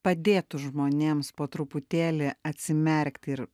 padėtų žmonėms po truputėlį atsimerkti ir